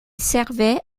servait